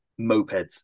Mopeds